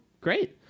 great